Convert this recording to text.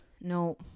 No